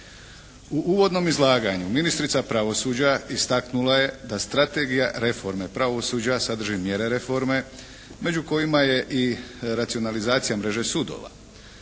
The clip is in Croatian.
U uvodnom izlaganju ministrica pravosuđa istaknula je da strategija reforme pravosuđa sadrži mjere reforme među kojima je i racionalizacija mreže sudova.